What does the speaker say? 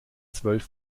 zwölf